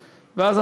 חיליק,